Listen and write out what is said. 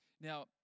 Now